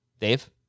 Dave